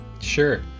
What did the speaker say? sure